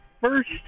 first